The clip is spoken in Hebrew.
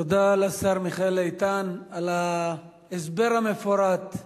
תודה לשר מיכאל איתן על ההסבר המפורט.